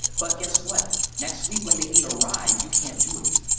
but guess what? next week, when they need a ride, you can't do it.